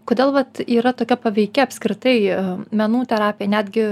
kodėl vat yra tokia paveiki apskritai menų terapija netgi